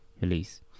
release